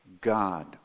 God